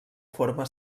forma